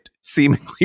seemingly